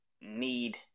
need